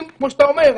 כמו שאתה אומר,